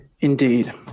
Indeed